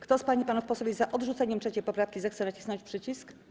Kto z pań i panów posłów jest za odrzuceniem 3. poprawki, zechce nacisnąć przycisk.